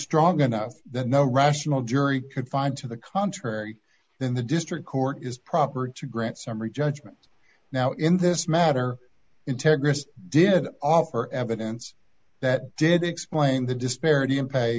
strong enough that no rational jury could find to the contrary then the district court is proper to grant summary judgment now in this matter integris did offer evidence that did explain the disparity in pay